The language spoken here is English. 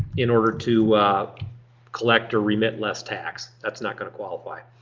in order to collect or remit less tax. that's not gonna qualify.